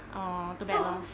oo too bad lah